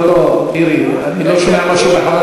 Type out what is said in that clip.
לא, לא, מירי, אני לא שומע מה שאומר חבר